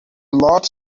lot